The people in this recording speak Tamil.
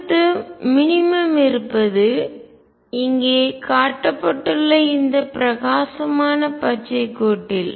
அடுத்து மினிமம் குறைந்தபட்சம் இருப்பது இங்கே காட்டப்பட்டுள்ள இந்த பிரகாசமான பச்சை கோட்டில்